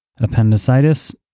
appendicitis